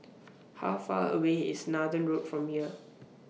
How Far away IS Nathan Road from here